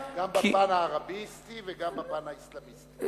גם בפן הערביסטי וגם בפן האסלאמיסטי,